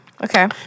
Okay